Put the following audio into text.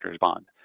bond